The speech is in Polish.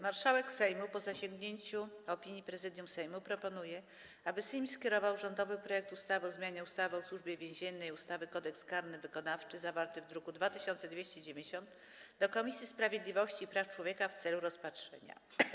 Marszałek Sejmu, po zasięgnięciu opinii Prezydium Sejmu, proponuje, aby Sejm skierował rządowy projekt ustawy o zmianie ustawy o Służbie Więziennej i ustawy Kodeks karny wykonawczy, zawarty w druku nr 2290, do Komisji Sprawiedliwości i Praw Człowieka w celu rozpatrzenia.